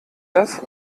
das